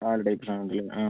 validates ആണല്ലേ ആ